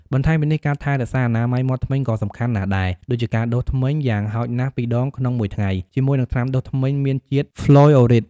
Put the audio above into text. បន្ថែមពីនេះ ការថែរក្សាអនាម័យមាត់ធ្មេញក៏សំខាន់ណាស់ដែរ ដូចជាការដុសធ្មេញយ៉ាងហោចណាស់ពីរដងក្នុងមួយថ្ងៃជាមួយនឹងថ្នាំដុសធ្មេញមានជាតិហ្វ្លុយអូរីត។